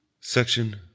Section